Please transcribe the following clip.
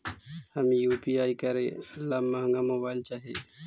हम यु.पी.आई करे ला महंगा मोबाईल चाही?